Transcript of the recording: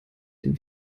den